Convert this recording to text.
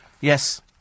Yes